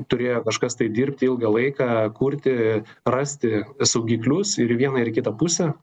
turėjo kažkas tai dirbti ilgą laiką kurti rasti saugiklius ir į vieną ir į kitą pusę